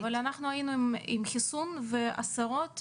אבל אנחנו היינו עם חיסון ועשרות מאומתים,